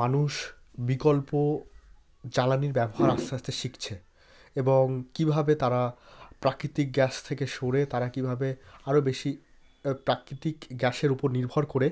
মানুষ বিকল্প জ্বালানির ব্যবহার আস্তে আস্তে শিখছে এবং কীভাবে তারা প্রাকৃতিক গ্যাস থেকে সরে তারা কীভাবে আরও বেশি প্রাকৃতিক গ্যাসের ওপর নির্ভর করে